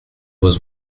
was